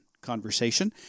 conversation